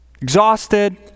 exhausted